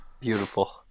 Beautiful